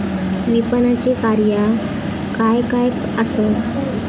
विपणनाची कार्या काय काय आसत?